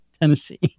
Tennessee